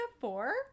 four